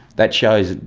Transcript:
that shows,